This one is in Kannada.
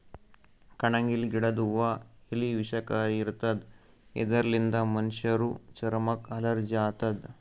ಕಣಗಿಲ್ ಗಿಡದ್ ಹೂವಾ ಎಲಿ ವಿಷಕಾರಿ ಇರ್ತವ್ ಇದರ್ಲಿನ್ತ್ ಮನಶ್ಶರ್ ಚರಮಕ್ಕ್ ಅಲರ್ಜಿ ಆತದ್